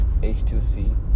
H2C